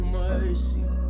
mercy